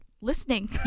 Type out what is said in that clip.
listening